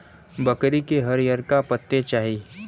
बकरी के हरिअरका पत्ते चाही